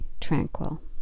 tranquil